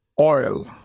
oil